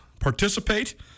participate